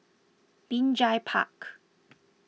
Binjai Park